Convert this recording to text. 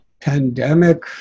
pandemic